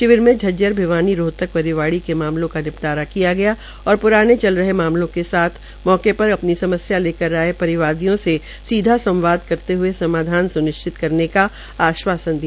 शिविर में झज्जर भिवानी रोहतक व रिवाड़ी के मामलों का निपटारा किया गया और प्राने चल रहे मामलों के साथ मौके पर अपनी समस्या लेकर आये परिवादियों से सीधा संवाद करते हुए समाधान स्निश्चित करने का आश्वासन दिया